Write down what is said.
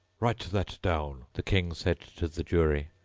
write that down the king said to the jury,